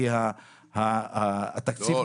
כי התקציב נראה --- לא,